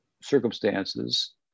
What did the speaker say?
circumstances